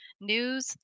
news